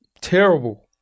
terrible